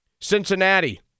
Cincinnati